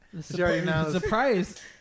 Surprise